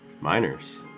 miners